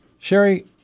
Sherry